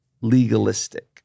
legalistic